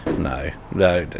no, no.